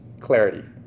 clarity